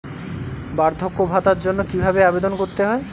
বার্ধক্য ভাতার জন্য কিভাবে আবেদন করতে হয়?